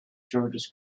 georges